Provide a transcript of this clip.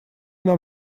нам